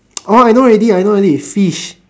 orh I know already I know already fish